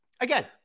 Again